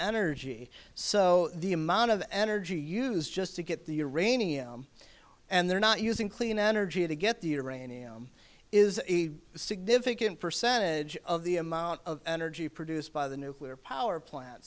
energy so the amount of energy use just to get the uranium and they're not using clean energy to get the uranium is a significant percentage of the amount of energy produced by the nuclear power plant